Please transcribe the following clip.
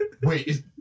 Wait